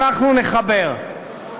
ואנחנו נחבר,